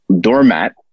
doormat